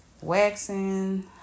waxing